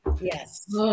Yes